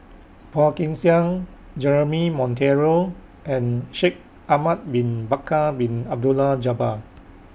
Phua Kin Siang Jeremy Monteiro and Shaikh Ahmad Bin Bakar Bin Abdullah Jabbar